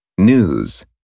News